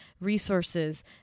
resources